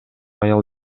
аял